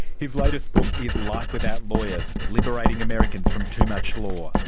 his latest book is life without lawyers liberating americans from too much law.